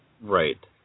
Right